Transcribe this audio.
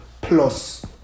plus